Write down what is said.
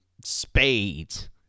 spades